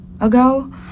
ago